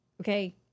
okay